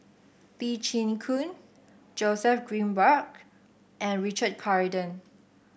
Lee Chin Koon Joseph Grimberg and Richard Corridon